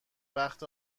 وقت